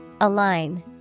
Align